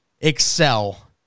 excel